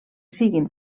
siguin